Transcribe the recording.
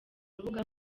urubuga